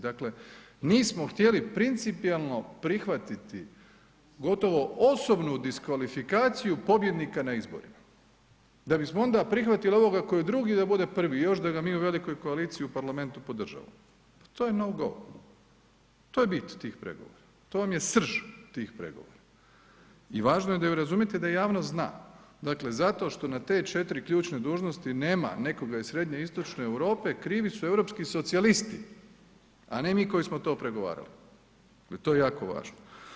Dakle, nismo htjeli principijelno prihvatiti gotovo osobnu diskvalifikaciju pobjednika na izborima, da bismo onda prihvatili ovoga koji je drugi da bude prvi i još da ga mi u velikoj koaliciji u parlamentu podržavamo, pa to je nou gou, to je bit tih pregovora, to vam je srž tih pregovora i važno je da ju razumijete, da javnost zna, dakle zato što na te 4 ključne dužnosti nema nekoga iz srednjeistočne Europe krivi su europski socijalisti, a ne mi koji smo to pregovarali, to je jako važno.